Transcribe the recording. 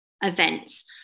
events